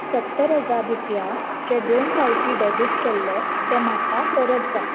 सत्तर हजार रुपया जे दोन फावटी डेबिट केल्ले ते म्हाका परत जाय